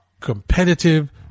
competitive